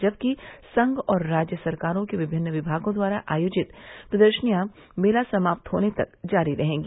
जबकि संघ और राज्य सरकारों के विभिन्न विभागों द्वारा आयोजित प्रदर्शनियां मेला समाप्त होने तक जारी रहेंगी